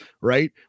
right